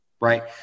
right